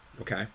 okay